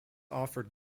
offered